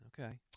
Okay